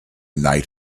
night